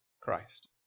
Christ